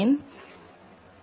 தவறு